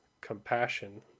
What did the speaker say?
compassion